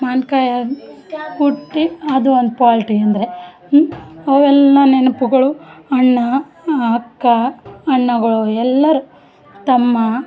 ಮಾವಿನ್ಕಾಯಿ ಕುಟ್ಟಿ ಅದು ಒಂದು ಪಾಲ್ಟಿ ಅಂದರೆ ಅವೆಲ್ಲ ನೆನಪುಗಳು ಅಣ್ಣ ಅಕ್ಕ ಅಣ್ಣಗಳು ಎಲ್ಲರು ತಮ್ಮ